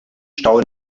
stau